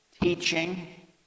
teaching